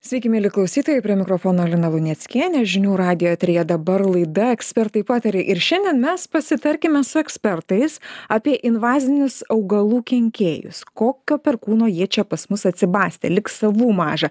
sveiki mieli klausytojai prie mikrofono lina luneckienė žinių radijo eteryje dabar laida ekspertai pataria ir šiandien mes pasitarkime su ekspertais apie invazinius augalų kenkėjus kokio perkūno ji čia pas mus atsibastė lyg savų maža